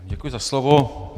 Děkuji za slovo.